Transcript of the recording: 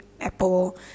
Apple